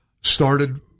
started